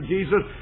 Jesus